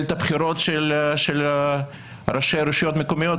את הבחירות של ראשי הרשויות המקומיות,